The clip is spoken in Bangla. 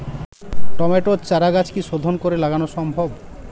টমেটোর চারাগাছ কি শোধন করে লাগানো সম্ভব?